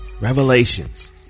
Revelations